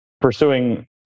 pursuing